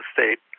State